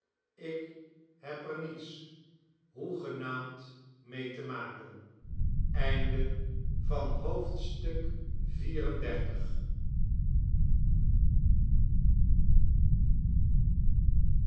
ik heb er niets hoegenaamd mee te maken xxxv